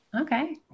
Okay